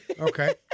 Okay